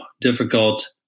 difficult